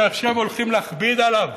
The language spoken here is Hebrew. שעכשיו הולכים להכביד עליו